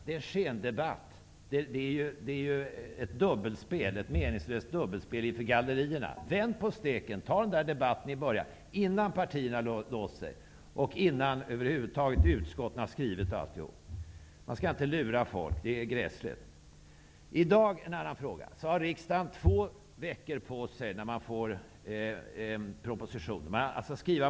Det är en skendebatt och ett meningslöst dubbelspel inför gallerierna. Vänd på steken, ta debatten i början innan partierna har låst sig och utskotten har sin skrivning klar. Man skall inte lura folk. Det är gräsligt. Som det ser ut i dag är motionstiden två veckor när en proposition kommer.